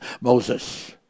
Moses